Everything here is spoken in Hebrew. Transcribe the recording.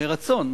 מרצון,